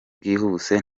bwihuse